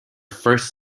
first